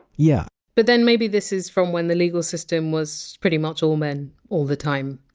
yeah but then maybe this is from when the legal system was pretty much all men, all the time,